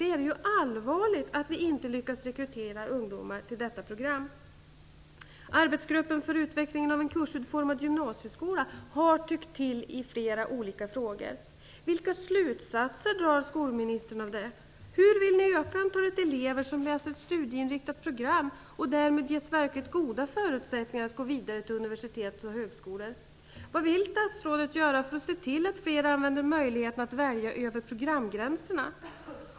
Det är allvarligt att vi inte lyckas rekrytera ungdomar till detta program. Arbetsgruppen för utvecklingen av en kursutformad gymnasieskola har tyckt till i flera olika frågor. Vilka slutsatser drar skolministern av det? Hur vill ni öka antalet elever som läser ett studieinriktat program och därmed ges verkligt goda förutsättningar att gå vidare till universitet och högskolor? Vad vill statsrådet göra för att se till att fler använder möjligheterna att välja över programgränserna?